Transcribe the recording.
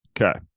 Okay